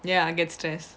ya get stress